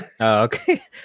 okay